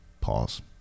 pause